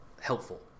helpful